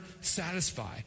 satisfy